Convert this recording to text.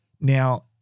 Now